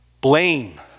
Blame